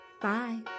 Bye